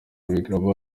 biraba